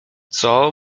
coo